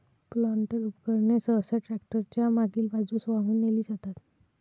planter उपकरणे सहसा tractor च्या मागील बाजूस वाहून नेली जातात